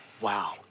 Wow